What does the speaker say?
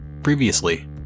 Previously